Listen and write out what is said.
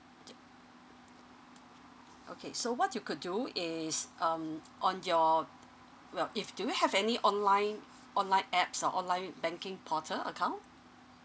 okay so what you could do is um on your your if do you have any online online apps or online banking portal account